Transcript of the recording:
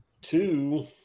two